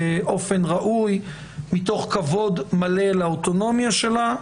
באופן ראוי ומתוך כבוד מלא לאוטונומיה שלה.